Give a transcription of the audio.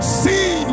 see